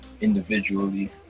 individually